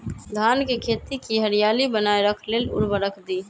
धान के खेती की हरियाली बनाय रख लेल उवर्रक दी?